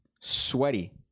sweaty